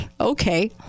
Okay